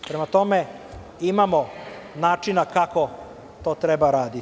Prema tome, imamo načina kako to treba raditi.